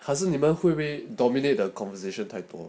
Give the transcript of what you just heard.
可是你们会 may dominate the conversation 太多